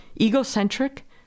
egocentric